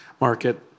market